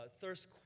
thirst